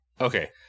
Okay